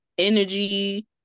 energy